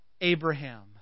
Abraham